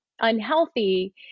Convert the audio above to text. unhealthy